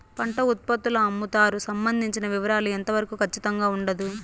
పంట ఉత్పత్తుల అమ్ముతారు సంబంధించిన వివరాలు ఎంత వరకు ఖచ్చితంగా ఉండదు?